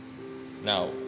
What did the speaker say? Now